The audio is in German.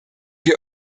wir